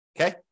Okay